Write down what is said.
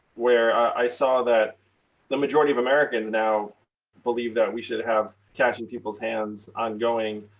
where i saw that the majority of americans now believe that we should have cash in people's hands ongoing.